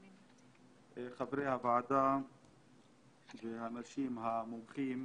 חברי הוועדה והאנשים המומחים,